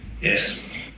Yes